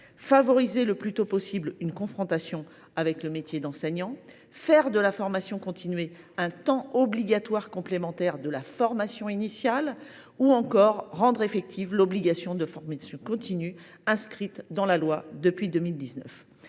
favoriser, le plus tôt possible, une confrontation avec le métier d’enseignant, de faire de la formation continuée un temps obligatoire complémentaire de la formation initiale ou encore de rendre effective l’obligation de formation continue inscrite dans la loi depuis 2019.